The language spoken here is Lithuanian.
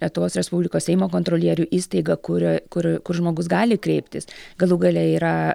lietuvos respublikos seimo kontrolierių įstaiga kur kur kur žmogus gali kreiptis galų gale yra